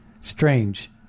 strange